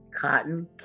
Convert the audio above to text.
Cotton